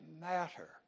matter